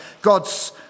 God's